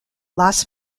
las